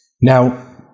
Now